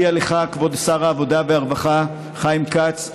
כבוד שר העבודה והרווחה חיים כץ,